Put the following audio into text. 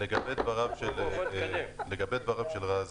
לגבי דבריו של רז